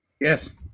Yes